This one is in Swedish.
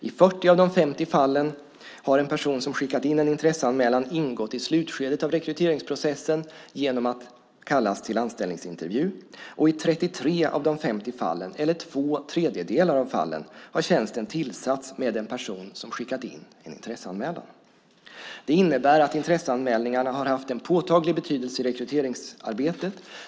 I 40 av dessa 50 fall har en person som skickat in en intresseanmälan ingått i slutskedet av rekryteringsprocessen genom att kallas till anställningsintervju, och i 33 av de 50 fallen, det vill säga två tredjedelar av fallen, har tjänsten tillsatts med en person som skickat in en intresseanmälan. Det innebär att intresseanmälningarna har haft en påtaglig betydelse i rekryteringsarbetet.